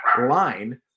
line